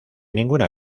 ninguna